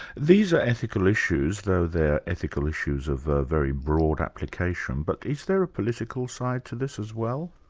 these are ethical issues, though they're ethical issues of a very broad application, but is there a political side to this as well?